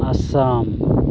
Assam